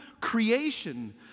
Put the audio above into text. creation